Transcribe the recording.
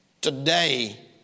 today